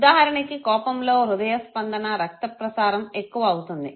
ఉదాహరణకి కోపంలో హృదయ స్పందన రక్త ప్రసారం ఎక్కువ అవుతుంది